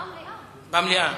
במליאה.